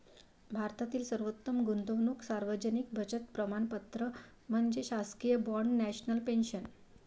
भारतातील सर्वोत्तम गुंतवणूक सार्वजनिक बचत प्रमाणपत्र म्हणजे शासकीय बाँड नॅशनल पेन्शन